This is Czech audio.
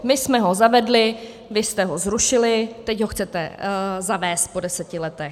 My jsme ho zavedli, vy jste ho zrušili, teď ho chcete zavést po deseti letech.